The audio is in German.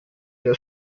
der